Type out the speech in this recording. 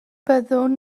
byddwn